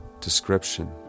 description